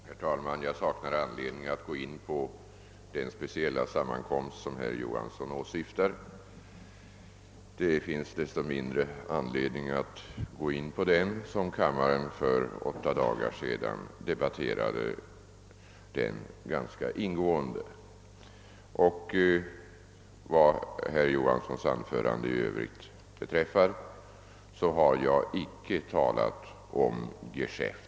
Herr talman! Jag saknar anledning att behandla den speciella sammankomst som herr Johansson i Skärstad åsyftar. Det finns desto mindre anledning att nu gå in på den eftersom kammaren för åtta dagar sedan debatterade den ganska ingående. Vad herr Johanssons anförande i övrigt beträffar vill jag påpeka att jag icke har talat om geschäft.